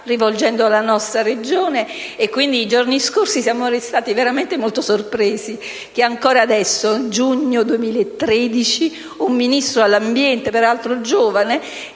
rivolgendo alla nostra Regione. Quindi, nei giorni scorsi siamo rimasti veramente molto sorpresi che ancora adesso, giugno 2013, un Ministro dell'ambiente, peraltro giovane,